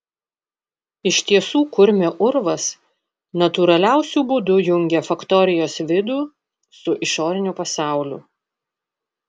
iš tiesų kurmio urvas natūraliausiu būdu jungė faktorijos vidų su išoriniu pasauliu